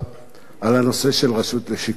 על הנושא של הרשות לשיקום האסיר,